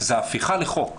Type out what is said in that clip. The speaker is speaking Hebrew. זה הפיכה לחוק,